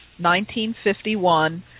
1951